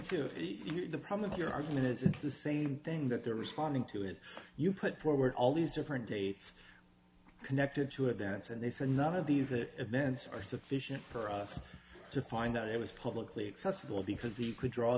know the problem your argument is it's the same thing that they're responding to if you put forward all these different dates connected to events and they said none of these it events are sufficient for us to find that it was publicly accessible because he could draw